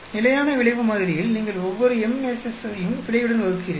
நிலையான விளைவு மாதிரியில் நீங்கள் ஒவ்வொரு MSS ஐயும் பிழையுடன் வகுக்கிறீர்கள்